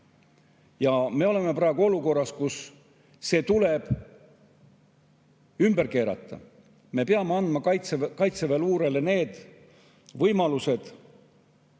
Me oleme praegu olukorras, kus see tuleb ümber keerata. Me peame andma kaitseväeluurele need võimalused,